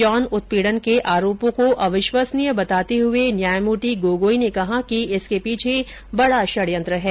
यौन उत्पीड़न के आरोपों को अविश्वसनीय बताते हुए न्यायमूर्ति गोगोई ने कहा कि इसके पीछे बड़ा षड्यंत्र है